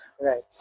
Right